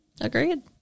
Agreed